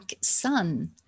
sun